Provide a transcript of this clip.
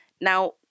Now